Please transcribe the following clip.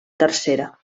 tercera